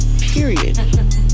period